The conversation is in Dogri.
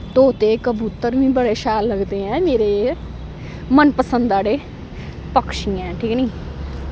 तोते कबूतर मीं बड़े शैल लगदे ऐं मेरे मन पसंद आह्ले पक्षी ऐं ठीक ऐ नी